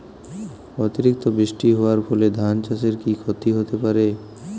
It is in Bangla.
অতিরিক্ত বৃষ্টি হওয়ার ফলে ধান চাষে কি ক্ষতি হতে পারে?